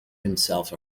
himself